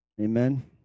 Amen